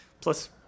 plus